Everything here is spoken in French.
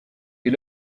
est